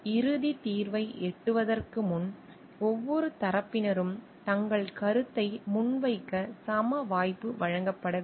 இறுதித் தீர்வை எட்டுவதற்கு முன் ஒவ்வொரு தரப்பினரும் தங்கள் கருத்தை முன்வைக்க சம வாய்ப்பு வழங்கப்பட வேண்டும்